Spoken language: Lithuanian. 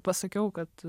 pasakiau kad